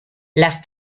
las